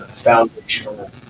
Foundational